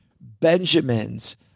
Benjamins